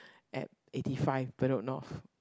at eighty five Bedok-North